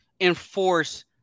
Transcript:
enforce